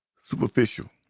superficial